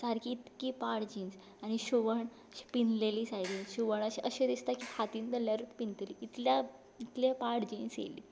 सारकी इतकी पाड जीन्स आनी शिवण पिजलेली सायडीन अशें दिसता की हातींत धरल्यारूच पिंजतली इतल्या पाड जीन्स येली